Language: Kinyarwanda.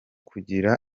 kugira